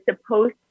supposed